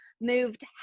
moved